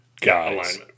guys